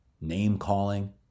name-calling